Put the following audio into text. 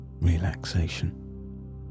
relaxation